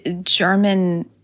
German